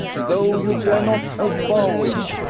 though you dare not avow it!